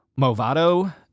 Movado